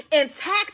intact